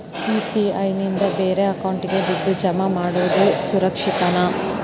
UPI ನಿಂದ ಬೇರೆ ಅಕೌಂಟಿಗೆ ದುಡ್ಡು ಜಮಾ ಮಾಡೋದು ಸುರಕ್ಷಾನಾ?